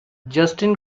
justin